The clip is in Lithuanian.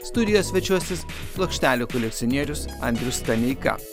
studijoje svečiuosis plokštelių kolekcionierius andrius staneika